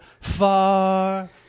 far